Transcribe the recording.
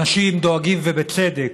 אנשים דואגים, ובצדק.